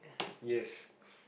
yes